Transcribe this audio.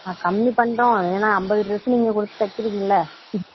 ஆ கம்மி பண்ணுறோம் ஏன்னால் ஐம்பது ட்ரெஸ் நீங்கள் கொடுத்து தைக்கிறீங்கள்ல